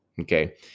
Okay